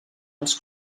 els